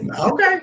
Okay